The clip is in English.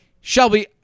Shelby